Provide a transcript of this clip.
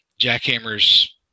Jackhammer's